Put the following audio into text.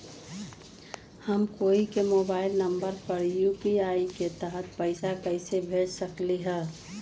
हम कोई के मोबाइल नंबर पर यू.पी.आई के तहत पईसा कईसे भेज सकली ह?